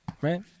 right